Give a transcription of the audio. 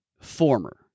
Former